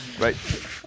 right